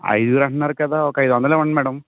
ఐదుగురు అంటున్నారు కదా ఒక ఐదువందలు ఇవ్వండి మ్యాడమ్